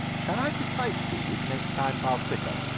shall i recite to you to make the time pass quicker?